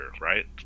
right